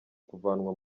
kuvanwa